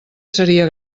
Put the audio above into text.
seria